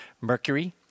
Mercury